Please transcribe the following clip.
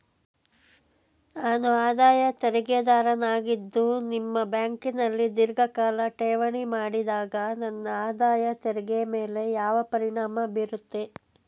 ನಾನು ಆದಾಯ ತೆರಿಗೆದಾರನಾಗಿದ್ದು ನಿಮ್ಮ ಬ್ಯಾಂಕಿನಲ್ಲಿ ಧೀರ್ಘಕಾಲ ಠೇವಣಿ ಮಾಡಿದಾಗ ನನ್ನ ಆದಾಯ ತೆರಿಗೆ ಮೇಲೆ ಯಾವ ಪರಿಣಾಮ ಬೀರುತ್ತದೆ?